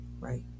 Right